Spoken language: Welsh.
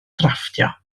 drafftio